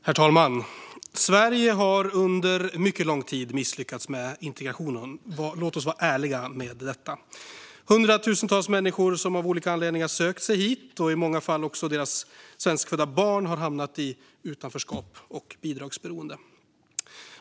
Herr talman! Sverige har under mycket lång tid misslyckats med integrationen - låt oss vara ärliga med det. Hundratusentals människor som av olika anledningar har sökt sig hit, och i många fall också deras svenskfödda barn, har hamnat i utanförskap och bidragsberoende.